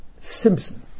Simpson